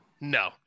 No